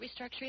restructuring